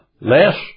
Less